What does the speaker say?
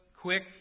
quick